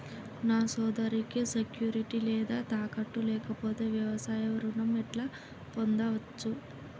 నా సోదరికి సెక్యూరిటీ లేదా తాకట్టు లేకపోతే వ్యవసాయ రుణం ఎట్లా పొందచ్చు?